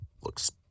looks